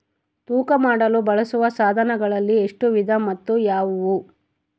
ತೂಕ ಮಾಡಲು ಬಳಸುವ ಸಾಧನಗಳಲ್ಲಿ ಎಷ್ಟು ವಿಧ ಮತ್ತು ಯಾವುವು?